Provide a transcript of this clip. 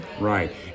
Right